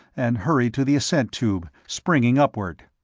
and hurried to the ascent tube, springing upward.